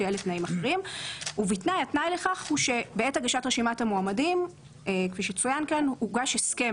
ובתנאי שבעת הגשת רשימת המועמדים הוגש הסכם